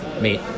meet